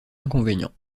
inconvénients